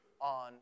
on